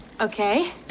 Okay